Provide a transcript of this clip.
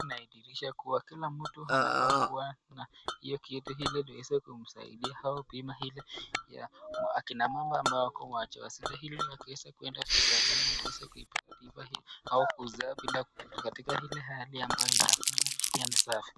Hii inadhiirisha kuwa kila moja anafaa kuwa na ile kitu ili liweze kumsaidia au bima hili ya akina mama ambao wajawazito ili wakiweza kuenda hospitalini waweze kuipata tiba hii au kuzaa bila katika ile hali ambayo inafanya ni safi.